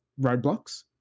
roadblocks